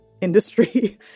industry